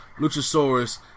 Luchasaurus